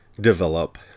develop